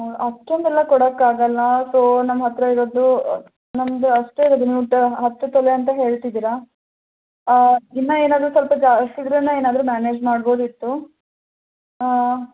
ಹಾಂ ಅಷ್ಟೊಂದೆಲ್ಲ ಕೊಡೋಕ್ಕಾಗಲ್ಲ ಸೊ ನಮ್ಮ ಹತ್ತಿರ ಇರೋದು ನಮ್ಮದು ಅಷ್ಟೆ ಇರೋದು ನೀವು ಹತ್ತು ತೊಲೆ ಅಂತ ಹೇಳ್ತಿದ್ದೀರ ಇನ್ನು ಏನಾದರು ಸ್ವಲ್ಪ ಜಾಸ್ತಿ ಇದ್ರೆ ಏನಾದರು ಮ್ಯಾನೇಜ್ ಮಾಡ್ಬೋದಿತ್ತು ಹಾಂ